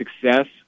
success